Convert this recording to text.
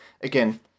again